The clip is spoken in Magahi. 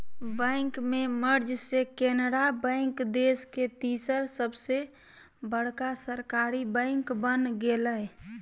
बैंक के मर्ज से केनरा बैंक देश के तीसर सबसे बड़का सरकारी बैंक बन गेलय